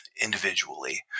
individually